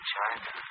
China